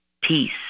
peace